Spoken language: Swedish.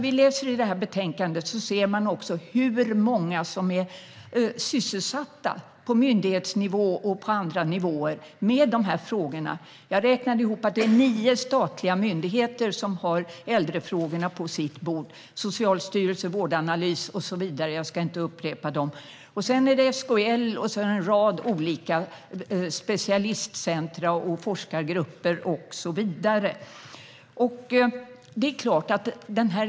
I betänkandet framgår hur många som är sysselsatta på myndighetsnivå och på andra nivåer med dessa frågor. Jag räknade till nio statliga myndigheter som har äldrefrågorna på sitt bord. Det är Socialstyrelsen, Vårdanalys och så vidare. Jag ska inte upprepa dem. Sedan finns SKL och en rad olika specialistcentrum, forskargrupper och så vidare.